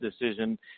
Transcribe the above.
decision